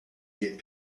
get